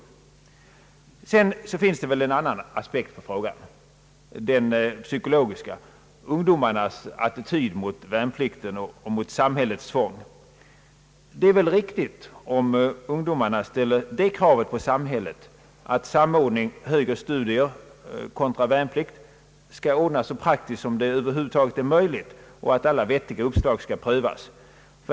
Sedan finns det väl en annan aspekt på frågan, nämligen den psykologiska, dvs. ungdomarnas attityd mot värnplikten och mot samhällets tvång. Det är väl riktigt om ungdomarna ställer det kravet på samhället att samordning av högre studier och värnplikt skall ordnas så praktiskt som det över huvud taget är möjligt och att alla vettiga uppslag skall prövas.